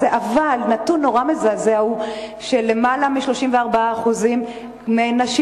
אבל נתון נורא מזעזע הוא שלמעלה מ-34% מהנשים